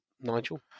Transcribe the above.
Nigel